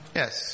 yes